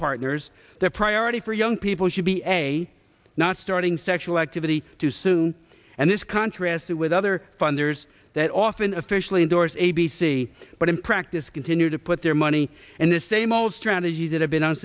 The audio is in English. partners the priority for young people should be a not starting sexual activity too soon and this contrast with other funders that often officially endorse a b c but in practice continue to put their money and the same old strategies that have been